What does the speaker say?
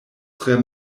tre